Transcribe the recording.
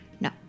No